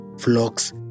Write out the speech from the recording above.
Flocks